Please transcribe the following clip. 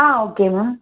ஆ ஓகேம்மா